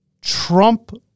Trump